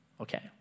Okay